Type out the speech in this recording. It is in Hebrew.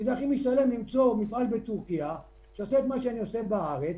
כי הכי משתלם למצוא מפעל בטורקיה שעושה את מה שאני עושה בארץ